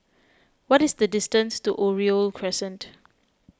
what is the distance to Oriole Crescent